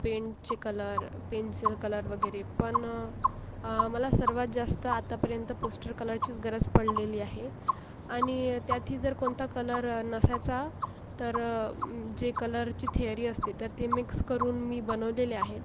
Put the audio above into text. पेंटचे colour pencil colour वगैरे पण मला सर्वात जास्त आतापर्यंत पोस्टर कलरचीच गरज पडलेली आहे आणि त्यातही जर कोणता कलर नसायचा तर जे कलरची थेअरी असते तर ते मिक्स करून मी बनवलेले आहेत